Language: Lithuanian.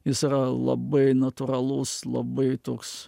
jis yra labai natūralus labai toks